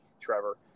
Trevor